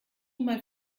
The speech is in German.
mal